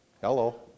Hello